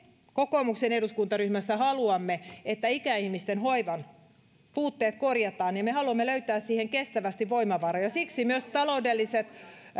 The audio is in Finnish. kokoomuksen eduskuntaryhmässä haluamme että ikäihmisten hoivan puutteet korjataan ja me haluamme löytää siihen kestävästi voimavaroja siksi myös taloudelliset